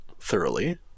Thoroughly